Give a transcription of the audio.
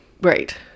Right